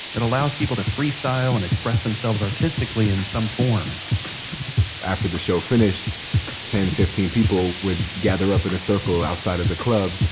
it allows people to freestyle and express themselves artistically in some form after the show finished ten, fifteen people would gather up in a circle outside of the club,